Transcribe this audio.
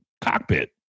cockpit